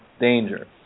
danger